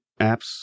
apps